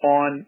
on